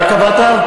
אתה קבעת?